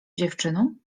dziewczyną